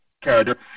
character